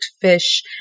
fish